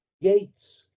gates